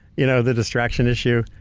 you know, the distraction issue.